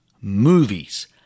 Movies